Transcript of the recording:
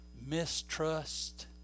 mistrust